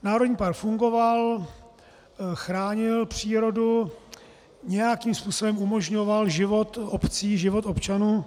Národní park fungoval, chránil přírodu, nějakým způsobem umožňoval život obcí, život občanů.